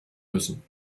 müssen